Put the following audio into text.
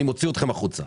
אני מוציא אתכם החוצה.